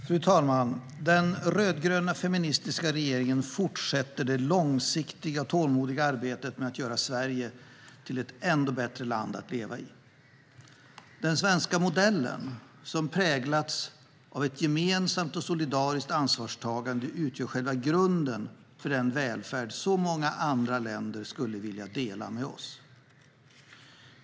Fru talman! Den rödgröna feministiska regeringen fortsätter det långsiktiga, tålmodiga arbetet med att göra Sverige till ett ännu bättre land att leva i. Den svenska modellen, som präglats av ett gemensamt och solidariskt ansvarstagande, utgör själva grunden för den välfärd så många andra länder skulle vilja dela med oss.